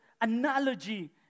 analogy